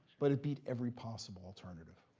but it beat every possible alternative.